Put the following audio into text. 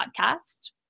podcast